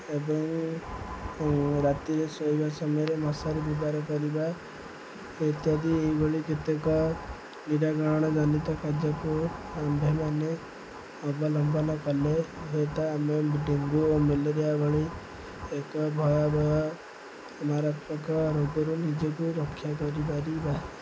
ଏବଂ ରାତିରେ ଶୋଇବା ସମୟରେ ମଶାରୀ ବ୍ୟବହାର କରିବା ଇତ୍ୟାଦି ଏହିଭଳି କେତେକ ନିରାକରଣଜନିତ କାର୍ଯ୍ୟକୁ ଆମ୍ଭେମାନେ ଅବଲମ୍ବନ କଲେ ହୁଏତ ଆମେ ଡେଙ୍ଗୁ ଓ ମ୍ୟାଲେରିଆ ଭଳି ଏକ ଭୟାବହ ମାରାତ୍ମକ ରୋଗରୁ ନିଜକୁ ରକ୍ଷା କରିପାରିବା